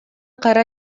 кайра